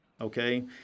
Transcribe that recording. okay